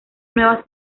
nuevas